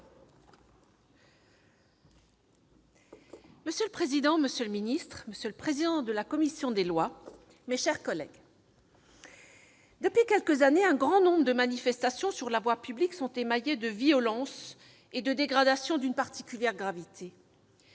Monsieur le président, monsieur le secrétaire d'État, monsieur le président de la commission des lois, mes chers collègues, depuis quelques années, un grand nombre de manifestations sur la voie publique sont émaillées de violences et de dégradations d'une particulière gravité,